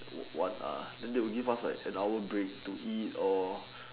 wo~ one ah then they will give us like an hour break to eat or